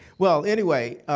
well anyway,